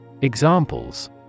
Examples